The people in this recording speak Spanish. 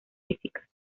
físicas